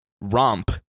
romp